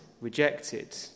rejected